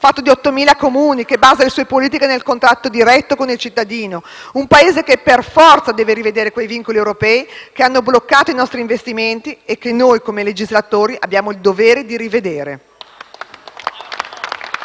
fatto di 8.000 comuni, che basa le sue politiche nel contatto diretto con il cittadino; un Paese che per forza deve rivedere quei vincoli europei che hanno bloccato i nostri investimenti e che noi come legislatori abbiamo il dovere di rivedere.